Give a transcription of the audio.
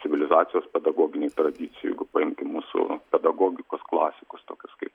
civilizacijos pedagoginėj tradicijoj paimkim mūsų pedagogikos klasikus tokius kaip